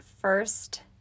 first